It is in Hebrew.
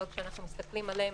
אבל כשאנחנו מסתכלים עליהם,